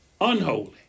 unholy